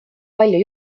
palju